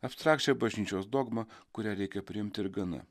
abstrakčią bažnyčios dogmą kurią reikia priimti ir gana